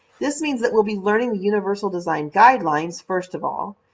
this means that we'll be learning the universal design guidelines, first of all.